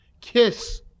Kiss